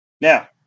Now